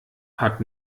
hat